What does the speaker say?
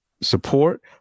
support